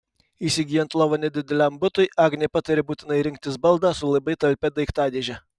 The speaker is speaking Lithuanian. įsigyjant lovą nedideliam butui agnė pataria būtinai rinktis baldą su labai talpia daiktadėže